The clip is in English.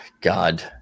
God